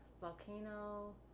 volcano